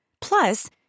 Plus